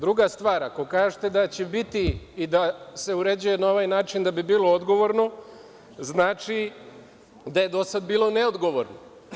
Druga stvar, ako kažete da će biti i da se uređuje na ovaj način da bi bilo odgovorno, znači da je do sada bilo neodgovorno.